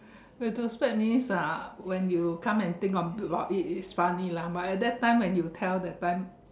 retrospect means uh when you come and think about it it is funny lah but at that time when you tell that time